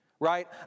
Right